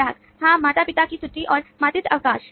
ग्राहक हाँ माता पिता की छुट्टी और मातृत्व अवकाश